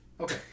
Okay